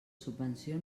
subvenció